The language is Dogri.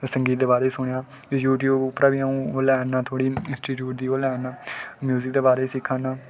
ते यूट्यूव परा बी अ'ऊं लै ना ओह् थोह्ड़ी इंस्टीट्यूट दी ओह् लैना म्युजिक दे बारे च सिक्खै ना